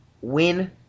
win